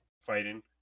fighting